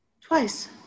Twice